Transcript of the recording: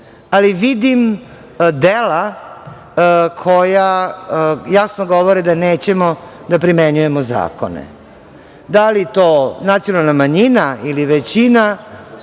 ali vidim dela koja jasno govore da nećemo da primenjujemo zakone. Da li je to nacionalna manjina ili većina